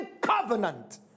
covenant